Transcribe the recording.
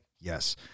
Yes